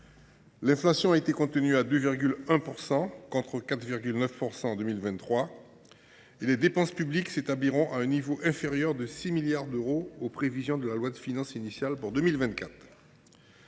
L’inflation a été contenue à 2,1 %, contre 4,9 % en 2023. Les dépenses publiques s’établiront à un niveau inférieur de 6 milliards d’euros aux prévisions de la loi de finances initiale. Toutefois,